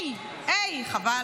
היי, היי, חבל.